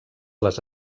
les